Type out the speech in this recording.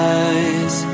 eyes